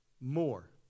more